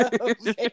Okay